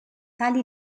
tali